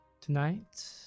Tonight